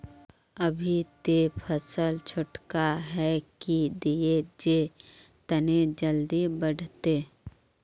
अभी ते फसल छोटका है की दिये जे तने जल्दी बढ़ते?